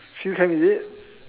field camp is it